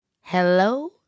Hello